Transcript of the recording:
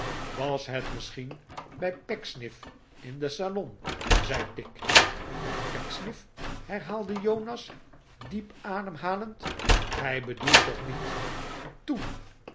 was het misschien bij pecksniff in den salon zei tigg f bij pecksniff herhaalde jonas diep adem halend f gij bedoelt toch niet toen